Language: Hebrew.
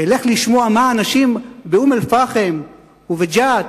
ואלך לשמוע מה אנשים באום-אל-פחם ובג'ת,